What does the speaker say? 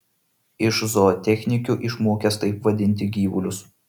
iš zootechnikių išmokęs taip vadinti gyvulius